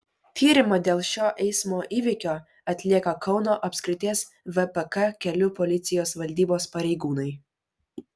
tyrimą dėl šio eismo įvykio atlieka kauno apskrities vpk kelių policijos valdybos pareigūnai